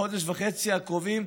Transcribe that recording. בחודש וחצי הקרובים,